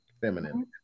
feminine